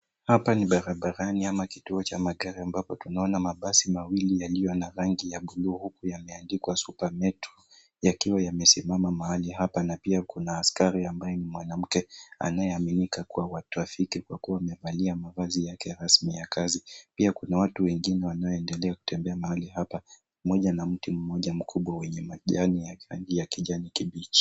Hapa ni barabarani ama kituo cha magari ambapo tunaona mabasi mawili yaliyo na rangi ya buluu huku yameandikwa SuperMetro yakiwa yamesimama mahali hapa na pia kuna askari ambaye ni mwanamke anayeaminika kuwa wa trafiki kwa kuwa amevalia mavazi yake rasmi ya kazi. Pia kuna watu wengine wanaoendelea kutembea mahali hapa moja na mti mmoja mkubwa wenye majani ya rangi ya kijani kibichi.